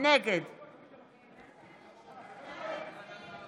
(קוראת בשמות חברי הכנסת)